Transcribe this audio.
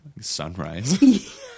Sunrise